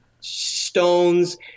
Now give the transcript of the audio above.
stones